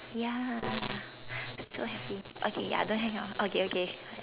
ya so happy okay ya don't hang up okay okay